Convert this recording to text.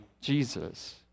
Jesus